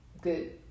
good